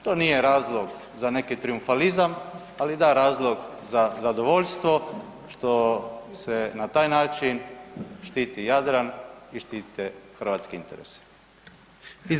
To nije razlog za neki trijumfalizam, ali da, razlog za zadovoljstvo što se na taj način štiti Jadran i štite hrvatski interesi.